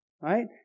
right